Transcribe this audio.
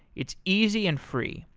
it's easy and free.